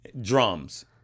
Drums